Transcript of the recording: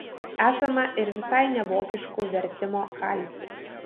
esama ir visai nevokiškų vertimo kalkių